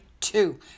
Two